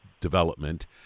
development